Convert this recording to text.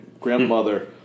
grandmother